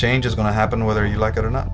change is going to happen whether you like it or not